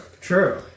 true